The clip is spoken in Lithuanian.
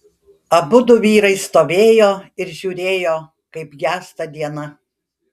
abudu vyrai stovėjo ir žiūrėjo kaip gęsta diena